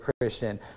Christian